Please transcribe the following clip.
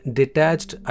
detached